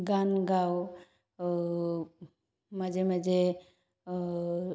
গান গাওঁ মাজে মাজে